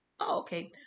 okay